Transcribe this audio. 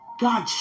God